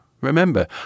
remember